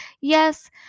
yes